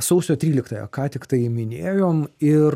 sausio tryliktąją ką tiktai minėjom ir